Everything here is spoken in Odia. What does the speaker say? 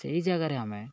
ସେହି ଜାଗାରେ ଆମେ